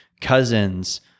cousins